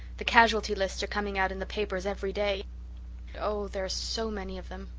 the casualty lists are coming out in the papers every day oh, there are so many of them.